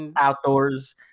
outdoors